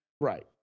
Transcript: Right